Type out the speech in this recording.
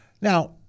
Now